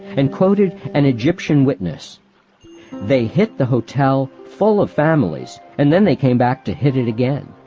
and quoted an egyptian witness they hit the hotel, full of families, and then they came back to hit it again.